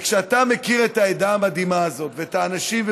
וכשאתה מכיר את העדה המדהימה הזאת ואת האנשים,